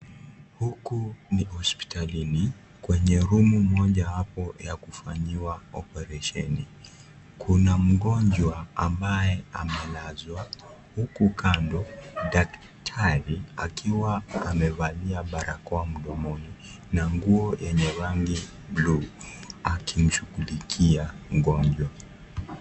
Huku ni hospitalini kwenye room mojawapo ambapo pa kufanyiwa opareseni kuna mgonjwa ambaye amelazwa huku kando daktari akiwa amevalia barakoa mdomoni na nguo yenye rangi bluu akimshughulukia mgonjwa.